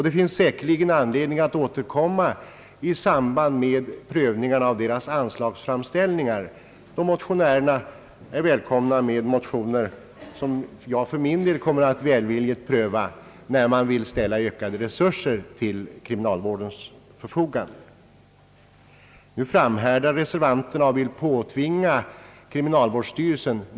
Det finns säkerligen anledning att återkomma med behandlingen av detta ärende i samband med prövningen av kriminalvårdsstyrelsens anslagsframställningar, då motionärerna är välkom na med motioner som jag för min del kommer att välvilligt pröva när det gäller att ställa ökade resurser till kriminalvårdsstyrelsens förfogande.